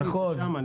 העתיד שם.